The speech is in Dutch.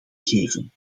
geven